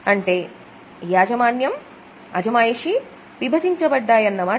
అంటే యాజమాన్యం అజమాయిషీ విభజింపబడ్డాయి అన్నమాట